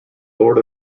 lord